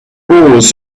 polls